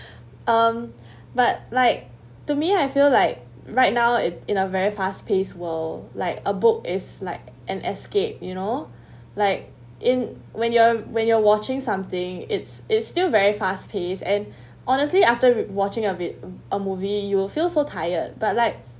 um but like to me I feel like right now it in a very fast paced world like a book is like an escape you know like in when you're when you're watching something it's it's still very fast paced and honestly after watching a vid~ a movie you will feel so tired but like